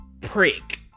prick